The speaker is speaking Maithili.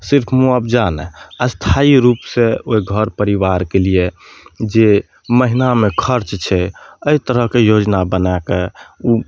सिर्फ मुआवजा नहि स्थायी रूपसँ ओहि घर परिवारके लिए जे महिनामे खर्च छै एहि तरहके योजना बनाएक ओ